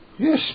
Yes